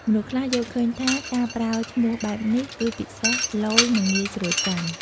មនុស្សខ្លះយល់ឃើញថា ការប្រើឈ្មោះបែបនេះគឺ ពិសេស ឡូយ និងងាយស្រួលចាំ។